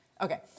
Okay